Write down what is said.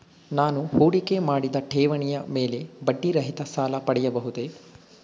ನಾನು ಹೂಡಿಕೆ ಮಾಡಿದ ಠೇವಣಿಯ ಮೇಲೆ ಬಡ್ಡಿ ರಹಿತ ಸಾಲ ಪಡೆಯಬಹುದೇ?